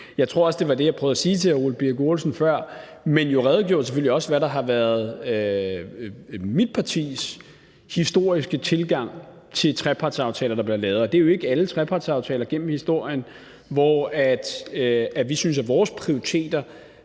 Jeg tror også, det var det, jeg prøvede at sige til hr. Ole Birk Olesen før, men jeg redegjorde selvfølgelig også for, hvad der historisk har været mit partis tilgang til trepartsaftaler, der er blevet lavet. Det er jo ikke alle trepartsaftaler gennem historien, hvor vi syntes, at vores prioriteter